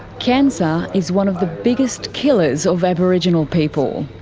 cancer is one of the biggest killers of aboriginal people,